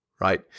right